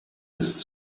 ist